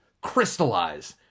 crystallize